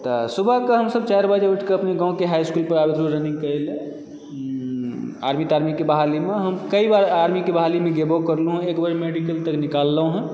तऽ सुबहके हमसभ चारि बजे उठिके अपन गाँवके हाईइस्कूल पर आबैत रहहुँ रन्निंग करय लऽ आर्मी तारमीके बहालीमे हम कई बार आर्मीके बहालीमे गेबो कर लहुँ एक बेर मेडिकल तक निकाललहुँ हँ